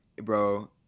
bro